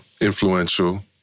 Influential